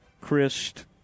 Christ